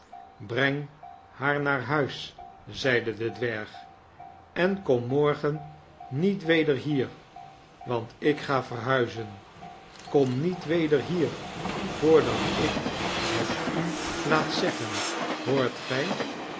breng haar naar huis zeide de dwerg en kom morgen niet weder hier want ik ga verhuizen kom niet weder hier voordat ik het u laat zeggen hoort gij